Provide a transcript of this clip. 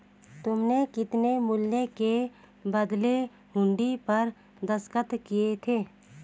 तुमने कितने मूल्य के बदले हुंडी पर दस्तखत किए थे?